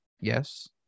yes